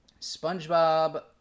Spongebob